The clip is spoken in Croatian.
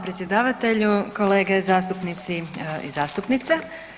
predsjedavatelju, kolege zastupnici i zastupnice.